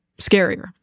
scarier